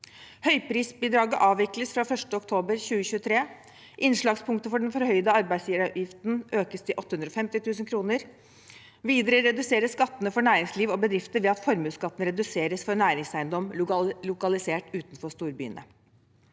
Høyprisbidraget ble avviklet fra 1. oktober 2023. Innslagspunktet for den forhøyede arbeidsgiveravgiften økes til 850 000 kr. Videre reduseres skattene for næringsliv og bedrifter ved at formuesskatten reduseres for næringseiendom lokalisert utenfor storbyene.